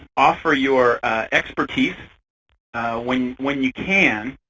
offer your expertise when when you can.